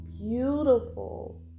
beautiful